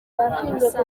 abasaza